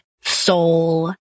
soul